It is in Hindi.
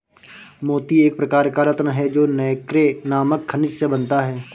मोती एक प्रकार का रत्न है जो नैक्रे नामक खनिज से बनता है